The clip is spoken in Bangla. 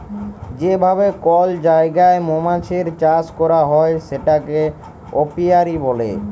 যে ভাবে কল জায়গায় মমাছির চাষ ক্যরা হ্যয় সেটাকে অপিয়ারী ব্যলে